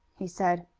he said,